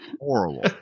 horrible